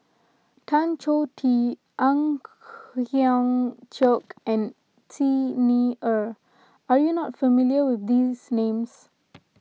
Tan Choh Tee Ang Hiong Chiok and Xi Ni Er are you not familiar with these names